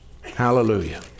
Hallelujah